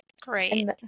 great